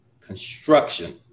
construction